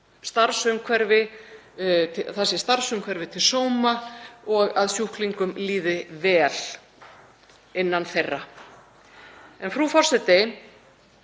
starfsumhverfið sé til sóma, og að sjúklingum líði vel innan þeirra. Frú forseti.